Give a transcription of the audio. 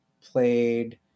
played